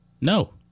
No